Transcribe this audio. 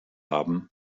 haben